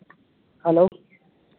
hello